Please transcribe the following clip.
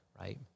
Right